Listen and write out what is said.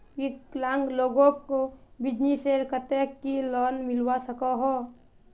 विकलांग लोगोक बिजनेसर केते की लोन मिलवा सकोहो?